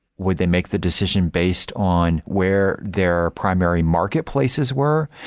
would they make the decision based on where their primary marketplaces were?